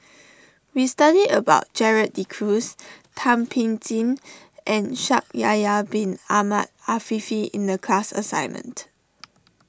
we studied about Gerald De Cruz Thum Ping Tjin and Shaikh Yahya Bin Ahmed Afifi in the class assignment